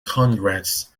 congress